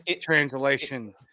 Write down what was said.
translation